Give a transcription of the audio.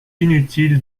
inutile